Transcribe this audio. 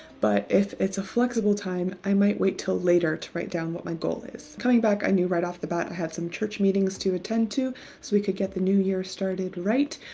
but if it's a flexible time, i might wait till later to write down what my goal is. coming back i knew right off the bat i have some church meetings to attend to so we could get the new year started right.